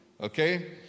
Okay